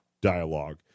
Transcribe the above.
dialogue